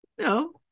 no